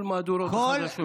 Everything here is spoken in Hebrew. כל מהדורות החדשות.